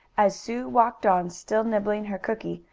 as sue walked on, still nibbling her cookie,